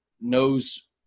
knows